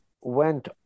went